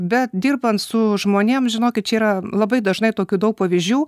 bet dirbant su žmonėm žinokit čia yra labai dažnai tokių daug pavyzdžių